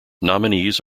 nominees